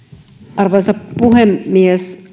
arvoisa puhemies